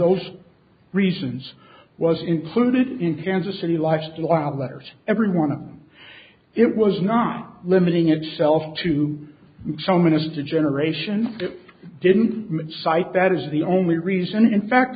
those reasons was included in kansas city lifestyle letters everyone it was not limiting itself to so minister generation didn't cite that as the only reason in fact